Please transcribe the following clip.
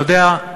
אתה יודע,